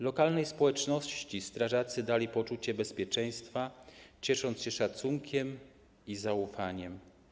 Lokalnej społeczności strażacy dali poczucie bezpieczeństwa, cieszą się szacunkiem i zaufaniem.